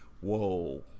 whoa